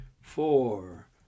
four